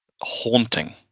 haunting